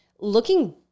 looking